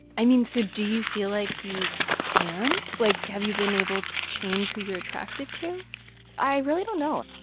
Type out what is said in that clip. i mean, so do you feel like you can? like, have you been able to change who you're attracted to? l i really don't know.